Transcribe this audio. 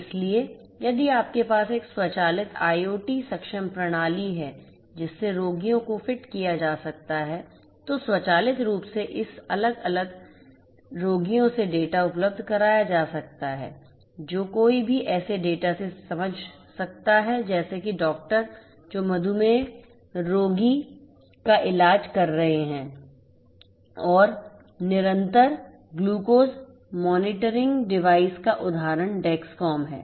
इसलिए यदि आपके पास एक स्वचालित IOT सक्षम प्रणाली है जिससे रोगियों को फिट किया जा सकता है तो स्वचालित रूप से इस अलग अलग रोगियों से डेटा उपलब्ध कराया जा सकता है जो कोई भी ऐसे डेटा से समझ सकता है जैसे कि डॉक्टर जो मधुमेह रोगी का इलाज कर रहे हैं और निरंतर ग्लूकोज मॉनिटरिंग डिवाइस का उदाहरण डेक्सकॉम है